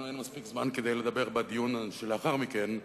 לנו אין מספיק זמן כדי לדבר בדיון שלאחר מכן,